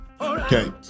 Okay